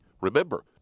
Remember